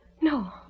No